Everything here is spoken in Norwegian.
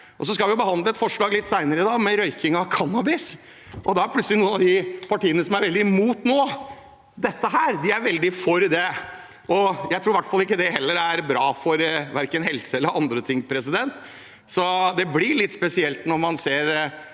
Vi skal behandle et forslag litt senere i dag om røyking av cannabis, og da er plutselig noen av de partiene som er veldig imot dette nå, veldig for det. Jeg tror i hvert fall ikke det heller er bra for verken helse eller andre ting, så dette blir litt spesielt når man ser